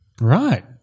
right